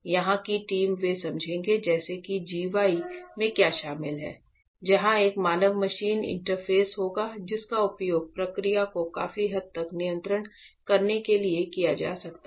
यहां की टीम वे समझाएंगे जैसे कि g y में क्या शामिल है जहां एक मानव मशीन इंटरफेस होगा जिसका उपयोग प्रक्रिया को काफी हद तक नियंत्रित करने के लिए किया जा सकता है